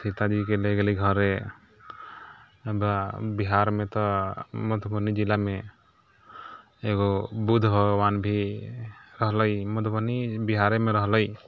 सीताजीके ले गेलै घरे बिहारमे तऽ मधुबनी जिलामे एगो बुद्ध भगवान भी रहलै मधुबनी बिहारेमे रहलै